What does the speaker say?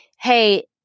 hey